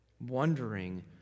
wondering